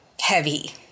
heavy